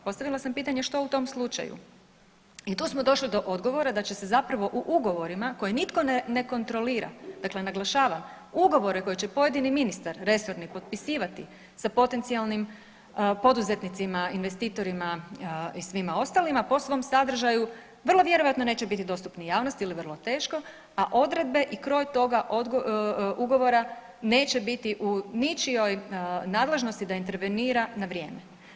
Postavila sam pitanje što u tom slučaju i tu smo došli do odgovora da će se zapravo u ugovorima koje nitko ne kontrolira, dakle naglašavam ugovore koje će pojedini ministar resorni potpisivati sa potencijalnim poduzetnicima investitorima i svima ostalima po svom sadržaju vrlo vjerojatno neće biti dostupni javnosti ili vrlo teško, a odredbe i kroj toga ugovora neće biti u ničijoj nadležnosti da intervenira na vrijeme.